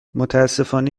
متاسفانه